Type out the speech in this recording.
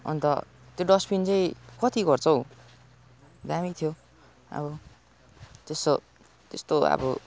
अन्त त्यो डस्टबिन चाहिँ कति गर्छ हौ दामी थियो अब त्यसो त्यस्तो अब